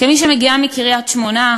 כמי שמגיעה מקריית-שמונה,